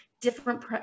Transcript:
different